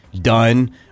done